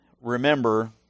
remember